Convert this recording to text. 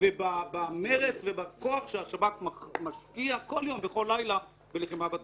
בנחישות ובמרץ ובכוח שהשב"כ משקיע כל יום וכל לילה בלחימה בטרור.